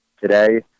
today